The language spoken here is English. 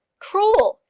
cruel!